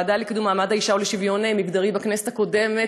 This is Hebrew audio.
הוועדה לקידום מעמד האישה ולשוויון מגדרי בכנסת הקודמת,